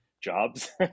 jobs